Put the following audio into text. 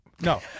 no